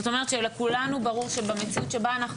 זאת אומרת שלכולנו ברור שבמציאות שבה אנחנו